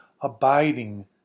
abiding